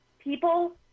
people